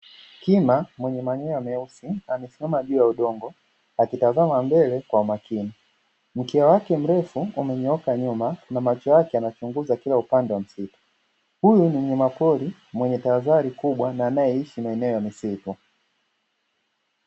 Kima mwenye manyoya meusi amesimama juu ya udongo akitazama mbele kwa umakini. Mkia wake mrefu umenyooka nyuma na macho yake yanachunguza kika upande wa msitu. Huyu ni mnyama pori mwenye tahadhari kubwa na anayeishi maeneo ya misitu.